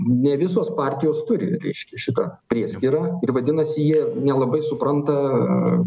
ne visos partijos turi reiškia šitą prieskyrą ir vadinasi jie nelabai supranta